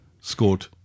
scored